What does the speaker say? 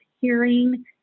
hearing